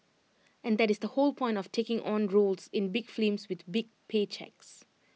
and that is the whole point of taking on roles in big films with big pay cheques